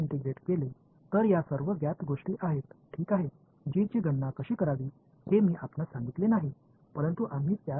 எனவே இந்த ஒருங்கிணைப்பை நான் செய்தால் இவை அனைத்தும் அறியப்பட்ட விஷயங்கள் g எவ்வாறு கணக்கிடுவது என்று நான் உங்களுக்கு சொல்லவில்லை ஆனால் நாங்கள் அதைப் பெறுவோம்